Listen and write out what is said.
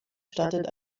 stattet